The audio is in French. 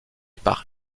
par